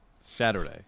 Saturday